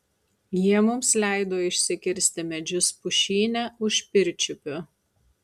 jie mums leido išsikirsti medžius pušyne už pirčiupio